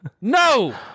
No